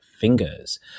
Fingers